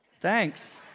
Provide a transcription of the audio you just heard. Thanks